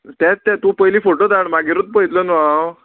तेंत तें तूं पयलीं फोटो धाड मागीरूच पयतलो न्हू हांव